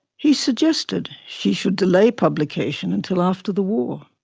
he suggested she should delay publication until after the war,